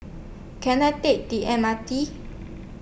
Can I Take The M R T